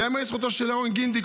ייאמר לזכותו של ירון גינדי,